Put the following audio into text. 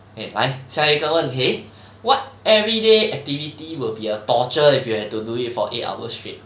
okay 来下一个问题 what everyday activity will be a torture if you have to do it for eight hours straight